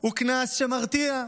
הוא קנס שמרתיע,